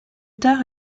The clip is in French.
tard